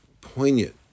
poignant